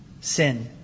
sin